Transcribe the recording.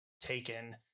taken